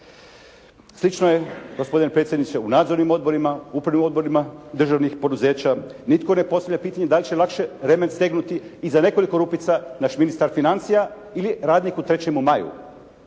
Slično je, gospodine predsjedniče u nadzornim odborima, upravnim odborima državnih poduzeća. Nitko ne postavlja pitanje da li će lakše remen stegnuti i za nekoliko rupica naš ministar financija ili radnik u "3. maju".